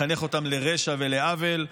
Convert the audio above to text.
לחנך אותם לרשע ולעוול.